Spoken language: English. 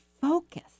focus